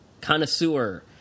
connoisseur